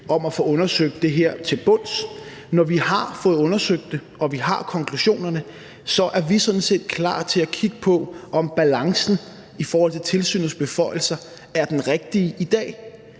om at få undersøgt det her til bunds. Når vi har fået undersøgt det og vi har konklusionerne, er vi sådan set klar til at kigge på, om balancen i forhold til tilsynets beføjelser er den rigtige i dag.